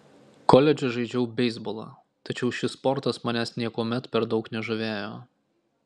koledže žaidžiau beisbolą tačiau šis sportas manęs niekuomet per daug nežavėjo